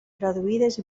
traduïdes